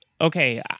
Okay